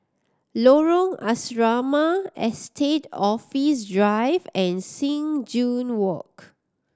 Lorong Asrama Estate Office Drive and Sing Joo Walk